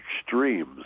extremes